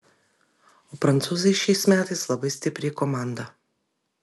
o prancūzai šiais metais labai stipri komanda